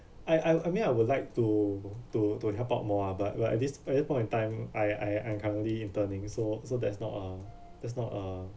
I I I mean I would like to to to help out more ah but but at this at this point of time I I I'm currently interning so so that's not uh that's not a